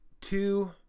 Two